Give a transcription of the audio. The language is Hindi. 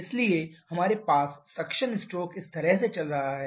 इसलिए हमारे पास सक्शन स्ट्रोक इस तरह से चल रहा है